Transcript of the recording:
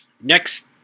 Next